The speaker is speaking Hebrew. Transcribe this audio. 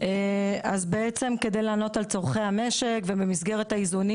אז כדי לענות על צרכי המשק ובמסגרת האיזונים